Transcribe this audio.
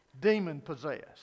demon-possessed